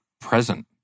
present